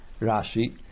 Rashi